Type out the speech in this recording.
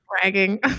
bragging